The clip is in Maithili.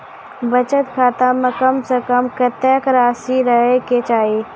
बचत खाता म कम से कम कत्तेक रासि रहे के चाहि?